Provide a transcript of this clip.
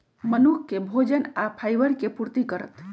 मनुख के भोजन आ फाइबर के पूर्ति करत